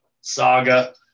saga